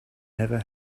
never